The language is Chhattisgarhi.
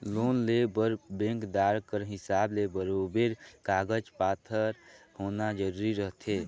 लोन लेय बर बेंकदार कर हिसाब ले बरोबेर कागज पाथर होना जरूरी रहथे